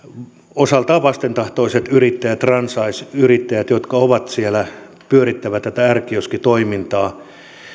osaltaan vastentahtoiset yrittäjät franchising yrittäjät jotka ovat siellä pyörittävät r kioskitoimintaa